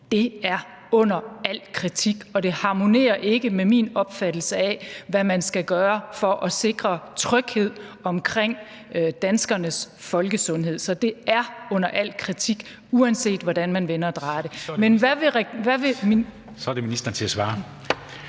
Det er under al kritik, og det harmonerer ikke med min opfattelse af, hvad man skal gøre for at sikre tryghed omkring danskernes folkesundhed. Så det er under al kritik, uanset hvordan man vender og drejer det. Kl. 14:05 Formanden (Henrik